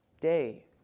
day